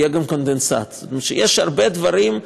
יהיה גם קונדנסט, יש הרבה דברים,